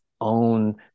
own